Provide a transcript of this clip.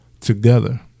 together